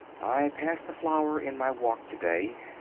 i passed a flower in my walk to-day.